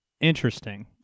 Interesting